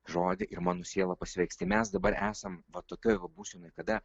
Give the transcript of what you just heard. žodį ir mano siela pasveiks tai mes dabar esam va tokioj būsenoj kada